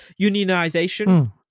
unionization